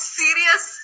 serious